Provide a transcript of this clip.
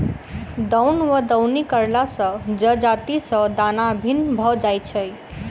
दौन वा दौनी करला सॅ जजाति सॅ दाना भिन्न भ जाइत छै